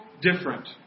different